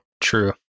true